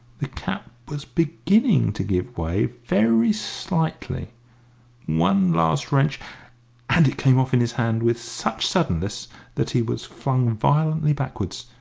the cap was beginning to give way, very slightly one last wrench and it came off in his hand with such suddenness that he was flung violently backwards,